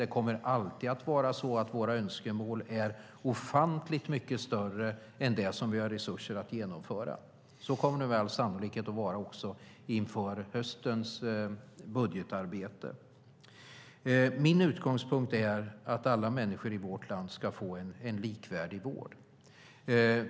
Det kommer alltid att vara så att våra önskemål är ofantligt mycket större än vad vi har resurser att genomföra. Så kommer det med all sannolikhet att vara också inför höstens budgetarbete. Min utgångspunkt är att alla människor i vårt land ska få en likvärdig vård.